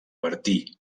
bertí